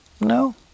No